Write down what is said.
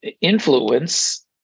influence